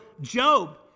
Job